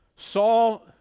Saul